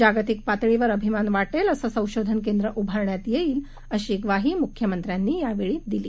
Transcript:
जागतिकपातळीवरअभिमानवाटेल असंसंशोधनकेंद्रउभारण्यातयेईल अशीग्वाहीमुख्यमंत्र्यांनीयावेळीदिली